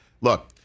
Look